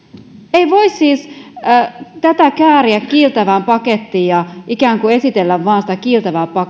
ei tätä siis voi kääriä kiiltävään pakettiin ja ikään kuin esitellä vain sitä kiiltävää